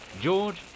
George